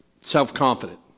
self-confident